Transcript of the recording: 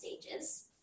stages